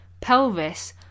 pelvis